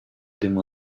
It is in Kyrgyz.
дем